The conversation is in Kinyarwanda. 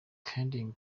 kuding